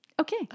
Okay